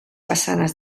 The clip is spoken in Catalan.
façanes